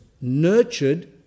nurtured